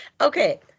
Okay